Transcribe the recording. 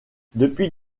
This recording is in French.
depuis